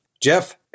Jeff